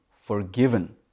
forgiven